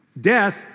Death